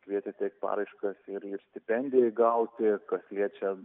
kvietė teikt paraiškas ir ir stipendijai gauti kas liečia